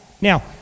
Now